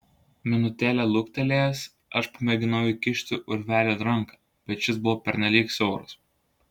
minutėlę luktelėjęs aš pamėginau įkišti urvelin ranką bet šis buvo pernelyg siauras